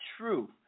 true